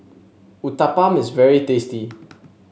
uthapam is very tasty